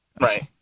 right